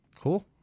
Cool